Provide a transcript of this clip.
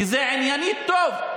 כי עניינית זה טוב,